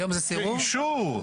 כאישור.